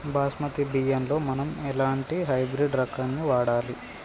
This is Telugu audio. బాస్మతి బియ్యంలో మనం ఎలాంటి హైబ్రిడ్ రకం ని వాడాలి?